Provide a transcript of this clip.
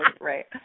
right